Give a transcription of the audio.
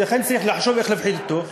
ולכן צריך לחשוב איך להפחית אותו.